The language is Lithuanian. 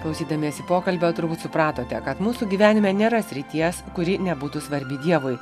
klausydamiesi pokalbio turbūt supratote kad mūsų gyvenime nėra srities kuri nebūtų svarbi dievui